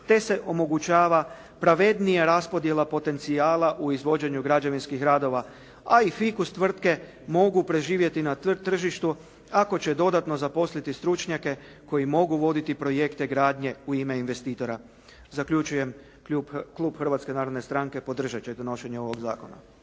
te se omogućava pravednija raspodjela potencijala u izvođenju građevinskih radova, a i fikus tvrtke mogu preživjeti na tržištu ako će dodatno zaposliti stručnjake koji mogu voditi projekte gradnje u ime investitora. Zaključujem. Klub Hrvatske narodne stranke podržati će donošenje ovog zakona.